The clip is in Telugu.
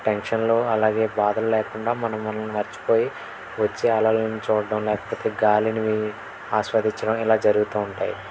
టెన్షన్లు అలాగే బాధలు లేకుండా మనం మనల్ని మర్చిపోయి వచ్చే అలల్ని చూడడం లేకపోతే గాలిని వీ ఆస్వాదించడం ఇలా జరుగుతూ ఉంటాయి